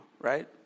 right